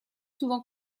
souvent